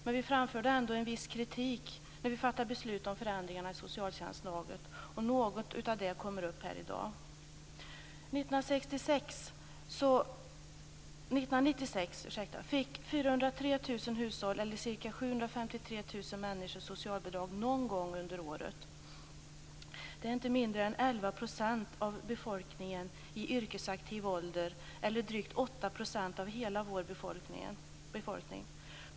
Men vi framförde ändå en viss kritik när vi fattade beslutet om förändringarna i socialtjänstlagen, och något av det kommer upp här i dag. människor socialbidrag någon gång under året. Det är inte mindre än 11 % av befolkningen i yrkesaktiv ålder eller drygt 8 % av hela vår befolkning.